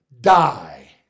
die